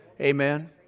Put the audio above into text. Amen